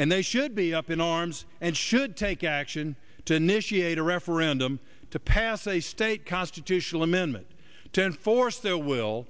and they should be up in arms and should take action to initiate a referendum to pass a state constitutional amendment to enforce their will